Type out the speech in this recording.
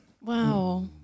Wow